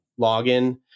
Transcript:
login